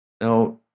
Now